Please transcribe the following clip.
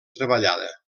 treballada